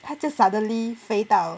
它就 suddenly 飞到